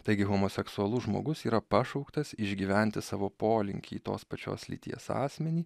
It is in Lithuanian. taigi homoseksualus žmogus yra pašauktas išgyventi savo polinkį į tos pačios lyties asmenį